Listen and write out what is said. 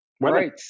Right